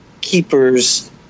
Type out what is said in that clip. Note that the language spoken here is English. keepers